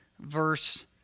verse